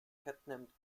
kettenhemd